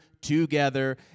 together